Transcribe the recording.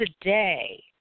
Today